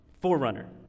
forerunner